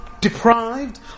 deprived